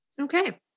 Okay